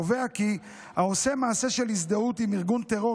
קובע כי "העושה מעשה של הזדהות עם ארגון טרור,